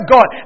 God